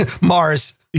Mars